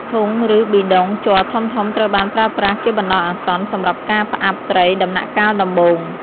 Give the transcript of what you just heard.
ធុង ឬ ប៊ីដុង ជ័រធំៗត្រូវបានប្រើប្រាស់ជាបណ្តោះអាសន្នសម្រាប់ការផ្អាប់ត្រីដំណាក់កាលដំបូង។